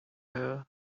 her